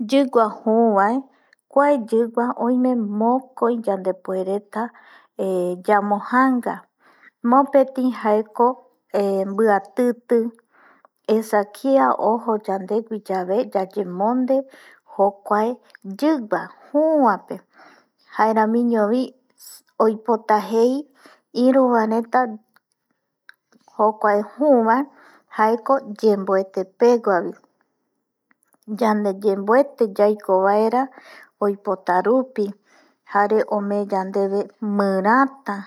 Yigua juu bae kuae yigua oime mokoi yandepuereta eh yamo janga, mopeti jaeko biatiti esa kia ojo yabe yandewi yayemonde jokuae yigua juu baepe jaearamiño bi oipota jei iru bae reta jokuae juu bae jaeko yenbuete pegua vayande yenbuete yaiko baera oipotarupi jare ome yandeve mirata